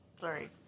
Sorry